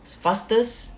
fastest